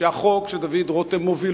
שהחוק שדוד רותם מוביל,